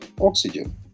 oxygen